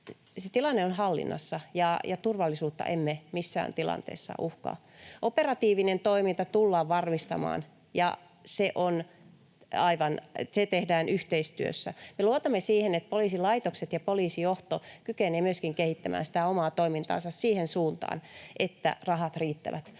tilanne on hallinnassa ja turvallisuutta emme missään tilanteessa uhkaa. Operatiivinen toiminta tullaan varmistamaan, ja se tehdään yhteistyössä. Me luotamme siihen, että poliisilaitokset ja poliisijohto kykenevät myöskin kehittämään omaa toimintaansa siihen suuntaan, että rahat riittävät.